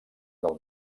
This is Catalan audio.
del